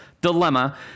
dilemma